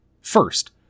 First